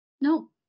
No